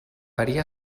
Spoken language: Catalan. varia